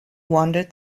wander